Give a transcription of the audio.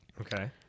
Okay